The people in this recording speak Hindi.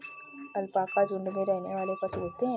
अलपाका झुण्ड में रहने वाले पशु होते है